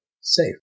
safe